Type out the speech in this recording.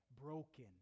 broken